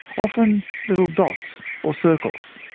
often little dots or circles.